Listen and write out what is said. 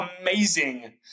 Amazing